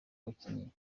bakinnyi